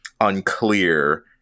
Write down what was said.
unclear